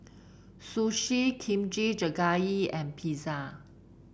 Sushi Kimchi Jjigae and Pizza